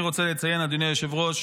אני רוצה לציין, אדוני היושב-ראש,